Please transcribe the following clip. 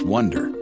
Wonder